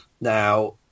now